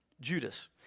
Judas